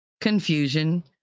Confusion